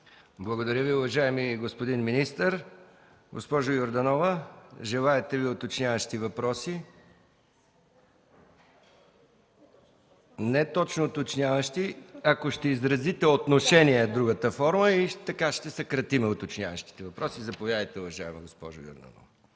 Благодаря Ви, уважаеми господин министър. Госпожо Йорданова, желаете ли уточняващи въпроси? Не точно уточняващи? Ако ще изразите отношение, е другата форма и така ще съкратим уточняващите въпроси. Заповядайте, госпожо Йорданова.